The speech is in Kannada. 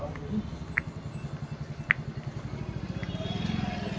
ಒಂದು ಮೆಟ್ರಿಕ್ ಟನ್ ಟಮಾಟೋ ಬೆಳಸಾಕ್ ಆಳಿಗೆ ಎಷ್ಟು ಖರ್ಚ್ ಆಕ್ಕೇತ್ರಿ?